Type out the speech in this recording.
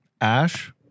Ash